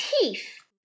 teeth